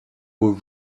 were